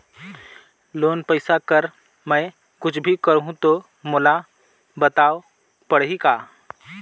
Loan पइसा कर मै कुछ भी करहु तो मोला बताव पड़ही का?